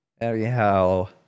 Anyhow